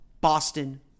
Boston